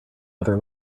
other